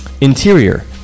Interior